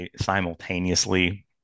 simultaneously